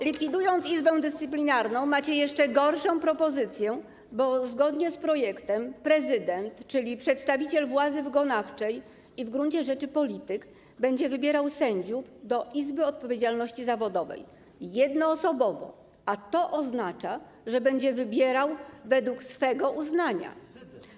Likwidując Izbę Dyscyplinarną, przedstawiacie jeszcze gorszą propozycję, bo zgodnie z projektem prezydent, czyli przedstawiciel władzy wykonawczej, w gruncie rzeczy polityk, będzie jednoosobowo wybierał sędziów do Izby Odpowiedzialności Zawodowej, a to oznacza, że będzie wybierał według swego uznania.